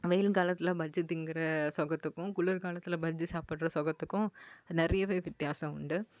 வெயில் காலத்தில் பஜ்ஜி திங்கிற சுகத்துக்கும் குளிர் காலத்தில் பஜ்ஜி சாப்பிட்ற சுகத்துக்கும் நிறையவே வித்தியாசம் உண்டு